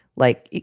like,